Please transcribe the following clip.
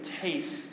taste